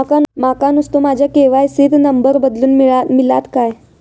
माका नुस्तो माझ्या के.वाय.सी त नंबर बदलून मिलात काय?